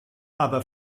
aber